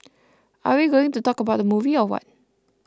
are we going to talk about the movie or what